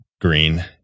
green